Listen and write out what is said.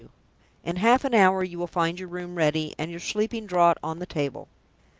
in half an hour you will find your room ready, and your sleeping draught on the table.